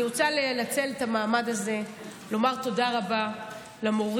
אני רוצה לנצל את המעמד הזה ולומר תודה רבה למורים,